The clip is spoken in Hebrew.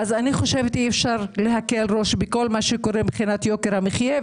אני חושבת שאי אפשר להקל ראש בכל מה שקורה מבחינת יוקר המחייה,